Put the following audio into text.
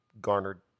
garnered